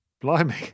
Blimey